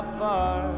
far